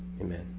amen